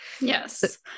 Yes